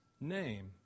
name